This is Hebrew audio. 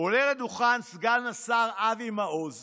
עולה לדוכן סגן השר אבי מעוז